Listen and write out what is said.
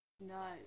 No